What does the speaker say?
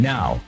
Now